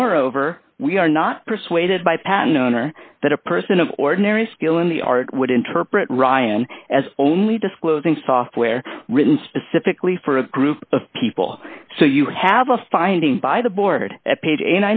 moreover we are not persuaded by patten owner that a person of ordinary skill in the art would interpret ryan as only disclosing software written specifically for a group of people so you have a finding by the board at pa